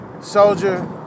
soldier